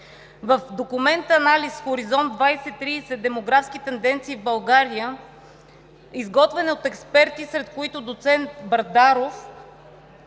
В документ-анализ „Хоризонт 2030. Демографски тенденции в България“, изготвен от експерти, сред които доцент Бърдаров,